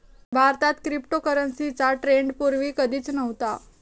भारतात क्रिप्टोकरन्सीचा ट्रेंड पूर्वी कधीच नव्हता